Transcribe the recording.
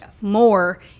more